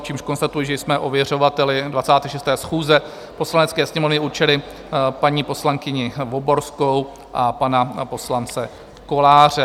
Čímž konstatuji, že jsme ověřovateli 26. schůze Poslanecké sněmovny určili paní poslankyni Voborskou a pana poslance Koláře.